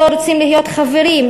לא רוצים להיות חברים,